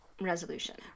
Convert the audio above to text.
resolution